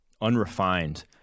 unrefined